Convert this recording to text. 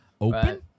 open